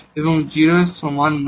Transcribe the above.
এবং 0 এর সমান নয়